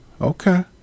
Okay